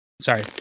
Sorry